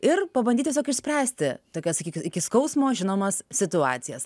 ir pabandyt tiesiog išspręsti tokias iki skausmo žinomas situacijas